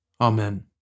Amen